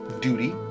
duty